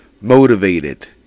motivated